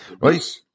right